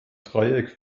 dreieck